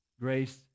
grace